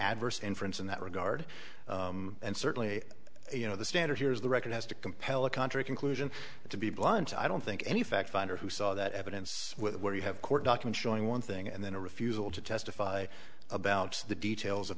adverse inference in that regard and certainly you know the standard here is the record has to compel a country conclusion to be blunt i don't think any fact finder who saw that evidence where you have court documents showing one thing and then a refusal to testify about the details of